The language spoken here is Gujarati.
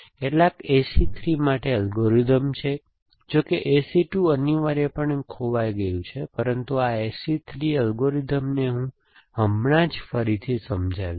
કેટલાક AC 3 માટે અલ્ગોરિધમ્સ છે જોકે AC 2 અનિવાર્યપણે ખોવાઈ ગયું છે પરંતુ આ ACD 3 અલ્ગોરિધમ ને હું હમણાં જ ફરીથી સમજાવીશ